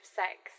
sex